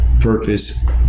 purpose